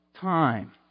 time